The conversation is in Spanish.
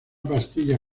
pastilla